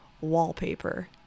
wallpaper